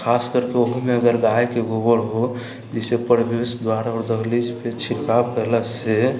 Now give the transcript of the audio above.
खास करके ओहुमे अगर गायके गोबर हो जाहिसँ प्रवेश दुआर आओर दहलीज पर छिड़काव करलासँ